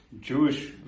Jewish